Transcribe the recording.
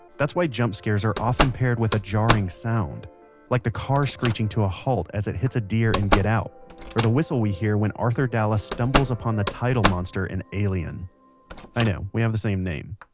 that's why jump scares are often paired with a jarring sound like the car screeching to a halt as it hits a deer in get out or the whistle we hear when arthur dallas stumbles upon the title monster in alien i know. we have the same name.